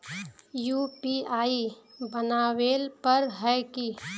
UPI बनावेल पर है की?